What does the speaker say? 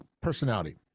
personality